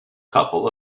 couple